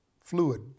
fluid